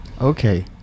Okay